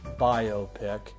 biopic